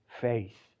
Faith